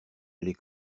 les